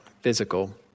physical